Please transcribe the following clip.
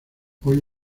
hoy